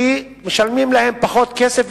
כי משלמים להם פחות כסף,